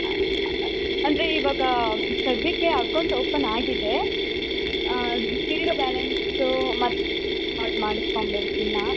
ಅಂದರೆ ಇವಾಗ ಸದ್ಯಕ್ಕೆ ಅಕೌಂಟ್ ಓಪನ್ ಆಗಿದೆ ಝೀರೋ ಬ್ಯಾಲೆನ್ಸು ಮತ್ತು ಕಾರ್ಡ್ ಮಾಡಸ್ಕೊಬೇಕ್ ಇನ್ನೂ